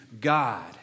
God